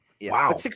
Wow